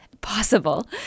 possible